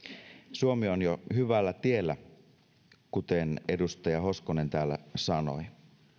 suomi on jo hyvällä tiellä kuten edustaja hoskonen täällä sanoi